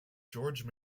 george